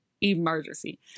emergency